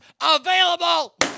available